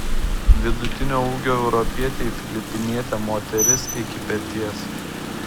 vidutinio ūgio europietei filipinietė moteris iki peties